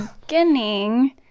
beginning